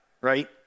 right